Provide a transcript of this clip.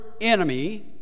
enemy